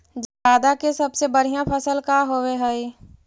जादा के सबसे बढ़िया फसल का होवे हई?